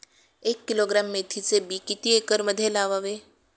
एक किलोग्रॅम मेथीचे बी किती एकरमध्ये लावावे?